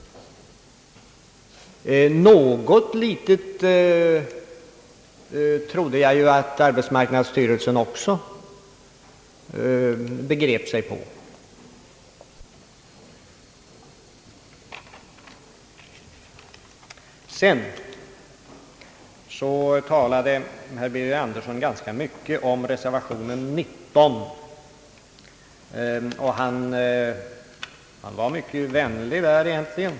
Något litet troddé jag att arbetsmarknadsstyrelsen också begrep. Sedan talade herr Birger Andersson ganska mycket om reservation 19, och han var egentligen mycket vänlig.